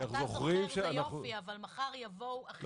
אתה זוכר וזה יופי אבל מחר יבואו אחרים...